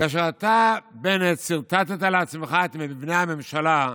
כאשר אתה, בנט, סרטטת לעצמך את מבנה הממשלה,